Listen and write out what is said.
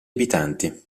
abitanti